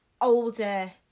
older